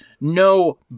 No